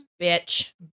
bitch